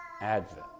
advent